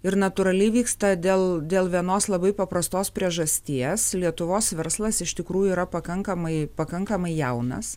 ir natūraliai vyksta dėl dėl vienos labai paprastos priežasties lietuvos verslas iš tikrųjų yra pakankamai pakankamai jaunas